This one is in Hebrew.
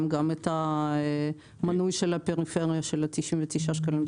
גם את המנוי של הפריפריה של 99 שקלים,